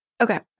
Okay